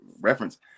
reference